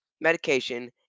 medication